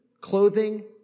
clothing